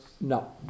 No